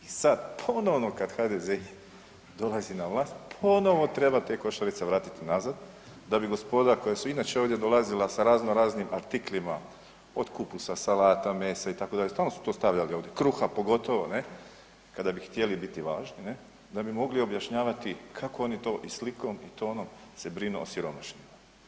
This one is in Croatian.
I sad ponovno kad HDZ dolazi na vlast ponovo, ponovo treba te košarice vratiti nazad da bi gospoda koja su inače ovdje dolazila sa razno raznim artiklima od kupusa, salata, mesa itd., stalno su to stavljali ovdje, kruha pogotovo ne, kada bi htjeli biti važni ne, da bi mogli objašnjavati kako oni to slikom i tonom se brinu o siromašnima.